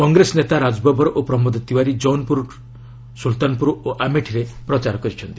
କଂଗ୍ରେସ ନେତା ରାଜ ବବର ଓ ପ୍ରମୋଦ ତିୱାରୀ ଯଉନ୍ପୁର ସୁଲତାନପୁର ଓ ଆମେଠୀରେ ପ୍ରଚାର କରିଛନ୍ତି